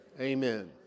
amen